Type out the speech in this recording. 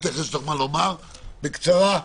תודה,